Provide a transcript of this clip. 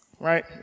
Right